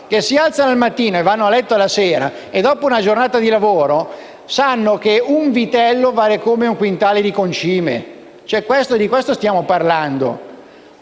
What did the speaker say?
che si alzano al mattino e vanno a letto la sera e, dopo una giornata di lavoro, sanno che un vitello vale come un quintale di concime. Di questo stiamo parlando.